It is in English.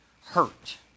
hurt